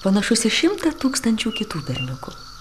panašus į šimtą tūkstančių kitų berniukų